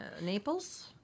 Naples